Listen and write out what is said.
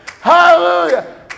Hallelujah